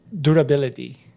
durability